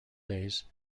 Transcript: days